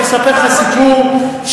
אני אספר לך סיפור שהיה,